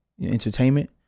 entertainment